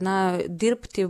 na dirbti